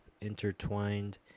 intertwined